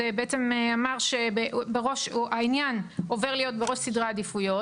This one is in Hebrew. הוא בעצם אמר "העניין עובר להיות בראש סדרי העדיפויות"